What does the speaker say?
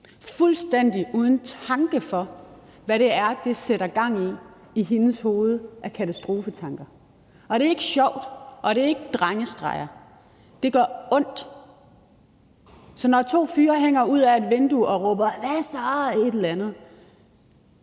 fuldstændig uden tanke for, hvad det sætter gang i af katastrofetanker i hendes hoved. Og det er ikke sjovt, og det er ikke drengestreger; det gør ondt. Så når to fyre hænger ud ad et vindue og råber hva' så eller et eller andet,